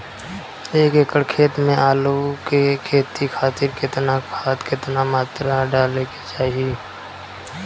एक एकड़ खेत मे आलू के खेती खातिर केतना खाद केतना मात्रा मे डाले के चाही?